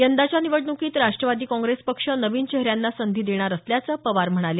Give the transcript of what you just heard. यंदाच्या निवडणुकीत राष्ट्रवादी काँग्रेस पक्ष नवीन चेहऱ्यांना संधी देणार असल्याचं पवार म्हणाले